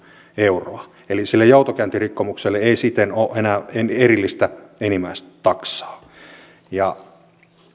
euroa eli sille joutokäyntirikkomukselle ei siten ole ole enää erillistä enimmäistaksaa